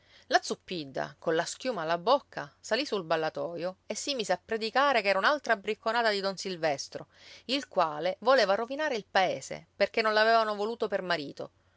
pece la zuppidda colla schiuma alla bocca salì sul ballatoio e si mise a predicare che era un'altra bricconata di don silvestro il quale voleva rovinare il paese perché non l'avevano voluto per marito